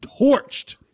torched